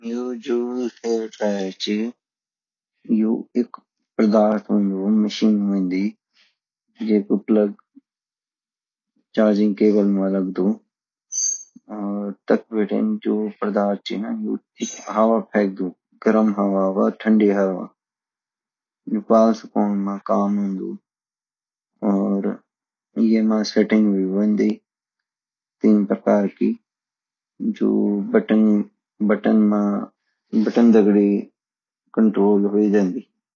युजु hair dryer ची यु मशीन होंदी ये को प्लग चार्जिंग केबल माँ लगदु और ताख बिटीन यु हवा फेकडू ठंडी हवा व गरम हवा ये बाल सुखोनु माँ काम औन्दु और ये माँ सेटिंग भी हुंडई ३पर्कार की जो बॉटन दगडी कण्ट्रोल हो जांदी